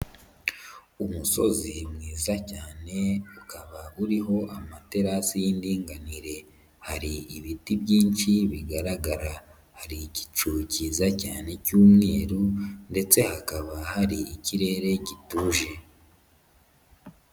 Umusozi mwiza cyane, ukaba uriho amaterasi y'indinganire. Hari ibiti byinshi bigaragara. Hari igicu cyiza cyane cy'umweru ndetse hakaba hari ikirere gituje.